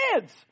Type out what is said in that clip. kids